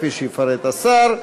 כפי שיפרט השר,